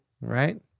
right